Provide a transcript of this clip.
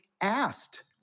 asked